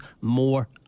more